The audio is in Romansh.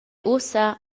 ussa